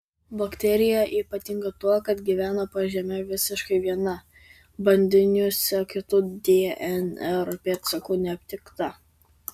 bakterija ypatinga tuo kad gyvena po žeme visiškai viena bandiniuose kitų dnr pėdsakų neaptikta